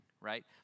right